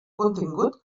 contingut